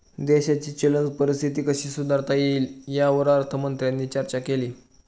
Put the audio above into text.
देशाची चलन परिस्थिती कशी सुधारता येईल, यावर अर्थमंत्र्यांनी चर्चा केली